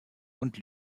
und